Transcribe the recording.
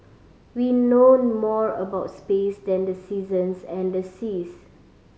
we know more about space than the seasons and the seas